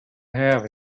have